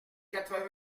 quatre